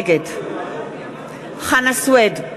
נגד חנא סוייד,